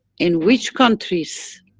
in which countries,